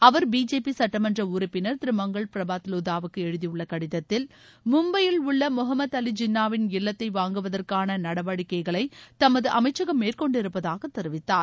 அவர் BJP சட்டமன்ற உறுப்பினர் திரு மங்கள் பிரபாத் வோதாவுக்கு எழுதியுள்ள கடிதத்தில் மும்பையில் உள்ள முகமது அலி ஜின்னாவின் இல்லத்தை வாங்குவதற்கான நடவடிக்கைகளை தமது அமைச்சகம் மேற்கொண்டிருப்பதாக தெரிவித்தார்